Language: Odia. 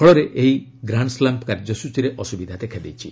ଫଳରେ ଏହି ଗ୍ରାଣ୍ଡ୍ସ୍କାମ୍ କାର୍ଯ୍ୟଚୀରେ ଅସୁବିଧା ଦେଖାଦେଇଛି